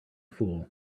fool